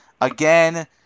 again